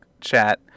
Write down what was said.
chat